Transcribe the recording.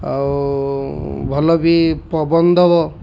ଆଉ ଭଲ ବି ପବନ ଦବ